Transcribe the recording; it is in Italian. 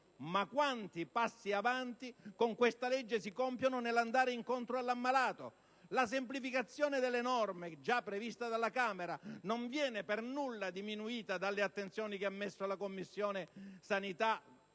Ma quanti passi avanti con questa legge si compiono nell'andare incontro al malato! La semplificazione delle norme, già prevista dalla Camera, non viene per nulla diminuita dalle modifiche che attentamente la Commissione igiene